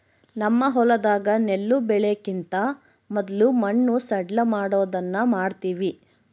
ನಮ್ಮ ಹೊಲದಾಗ ನೆಲ್ಲು ಬೆಳೆಕಿಂತ ಮೊದ್ಲು ಮಣ್ಣು ಸಡ್ಲಮಾಡೊದನ್ನ ಮಾಡ್ತವಿ